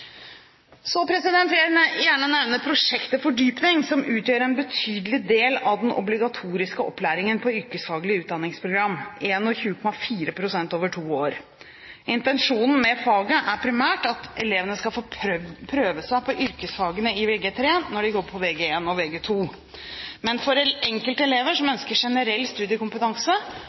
vil jeg gjerne nevne prosjekt til fordypning, som utgjør en betydelig del av den obligatoriske opplæringen på yrkesfaglige utdanningsprogram – 21,4 pst. over to år. Intensjonen med faget er primært at elevene skal få prøve seg på yrkesfagene i Vg3 når de går på Vg1 og Vg2. Men for enkelte elever som ønsker generell studiekompetanse,